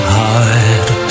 hide